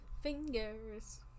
fingers